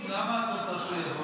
למה את רוצה שהוא יבוא?